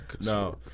No